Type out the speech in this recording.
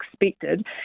expected